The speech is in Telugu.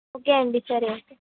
ఓకే అండి సరే